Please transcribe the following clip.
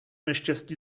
neštěstí